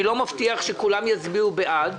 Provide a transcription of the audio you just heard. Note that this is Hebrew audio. אני לא מבטיח שכולם יצביעו בעד,